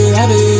happy